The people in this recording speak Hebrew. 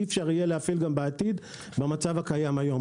אי אפשר יהיה להפעיל גם בעתיד במצב הקיים היום.